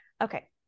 Okay